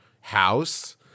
house